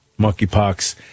Monkeypox